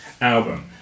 album